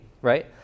right